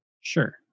sure